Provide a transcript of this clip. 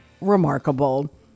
remarkable